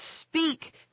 speak